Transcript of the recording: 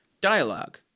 Dialogue